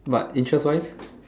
but interest wise